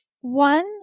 one